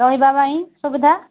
ରହିବା ପାଇଁ ସୁବିଧା